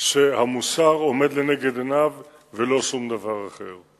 שהמוסר עומד לנגד עיניו ולא שום דבר אחר.